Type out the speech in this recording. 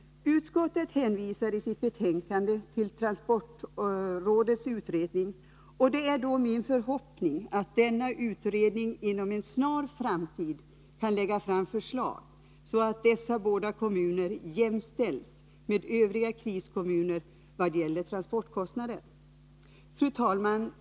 Utskottet hänvisar i sitt betänkande till transportrådets utredning, och det är då min förhoppning att denna utredning inom en snar framtid kan lägga fram förslag så att dessa båda kommuner jämställs med övriga kriskommuner vad gäller transportkostnader. Fru talman!